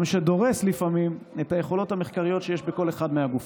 שגם דורס לפעמים את היכולות המחקריות שיש בכל אחד מהגופים.